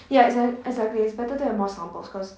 ya exact~ exactly it's better to have more samples because